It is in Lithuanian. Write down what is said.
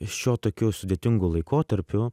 šiuo tokiu sudėtingu laikotarpiu